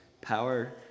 power